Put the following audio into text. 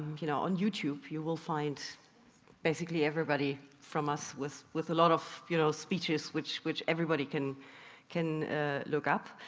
you know on youtube, you will find basically everybody from us with with a lot of you know speeches which which everybody can can look up.